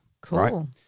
Cool